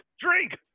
drink